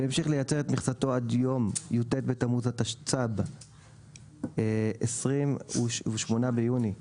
והמשיך לייצר את מכסתו עד יום י"ט בתמוז התשצ"ב (28 ביוני 2032)